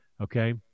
Okay